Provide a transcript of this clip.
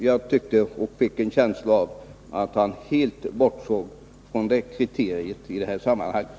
Jag fick en känsla av att herr Andersson helt bortsåg från det kriteriet i det här sammanhanget.